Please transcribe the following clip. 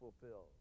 fulfilled